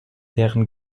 deren